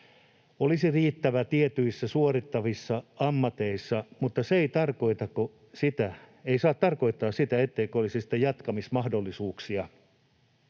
olisi riittävä tietyissä suorittavissa ammateissa. Mutta se ei saa tarkoittaa sitä, etteikö olisi sitten jatkamismahdollisuuksia